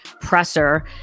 presser